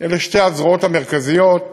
אלו שתי הזרועות המרכזיות,